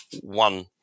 one